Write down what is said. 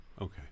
Okay